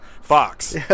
Fox